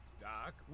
Doc